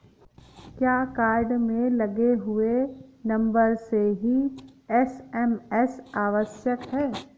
क्या कार्ड में लगे हुए नंबर से ही एस.एम.एस आवश्यक है?